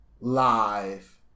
live